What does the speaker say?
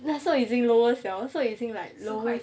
那时候已经 lowest liao 那时候已经